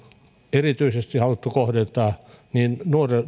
erityisesti haluttu kohdentaa toimia niin